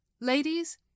Ladies